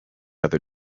other